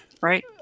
Right